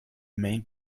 main